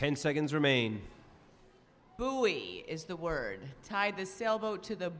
ten seconds remain is the word tied this sailboat to the